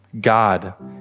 God